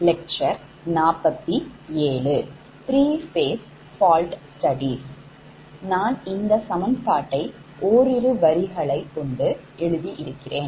I நான் இந்த சமன்பாட்டை ஓரிரு வரிகளை கொண்டு எழுதி இருக்கிறேன்